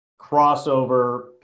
crossover